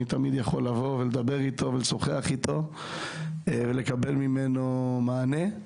תמיד יכול לדבר איתו ולקבל ממנו מענה.